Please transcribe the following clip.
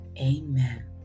amen